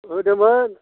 होदोंमोन